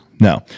No